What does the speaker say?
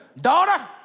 Daughter